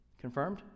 Confirmed